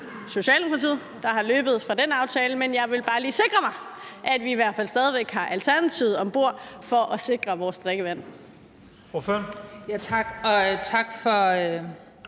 Socialdemokratiet – der er løbet fra den aftale, men jeg vil bare lige sikre mig, at vi i hvert fald stadig væk har Alternativet om bord i forhold til at sikre vores drikkevand.